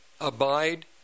abide